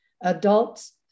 Adults